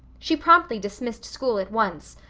she promptly dismissed school at once,